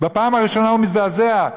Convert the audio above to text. בפעם הראשונה הוא מזדעזע,